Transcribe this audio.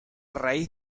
raíz